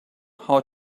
how